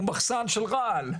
הוא מחסן של רעל,